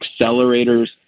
accelerators